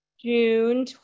June